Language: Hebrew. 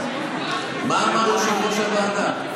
מה אמר יושב-ראש הוועדה?